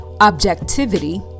objectivity